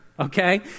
okay